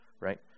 right